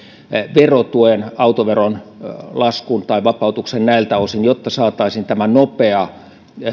verotuen autoveron laskun tai vapautuksen näiltä osin jotta saataisiin tämä nopea